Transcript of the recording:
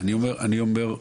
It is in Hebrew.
אני אומר,